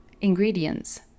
Ingredients